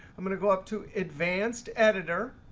i'm going to go, up to advanced editor.